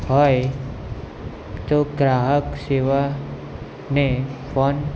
હોય તો ગ્રાહક સેવાને ફોન